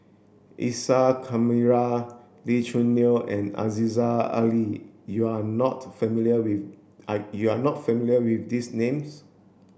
Isa Kamari Lee Choo Neo and Aziza Ali you are not familiar with are you are not familiar with these names